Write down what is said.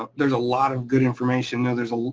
ah there's a lot of good information there. there's a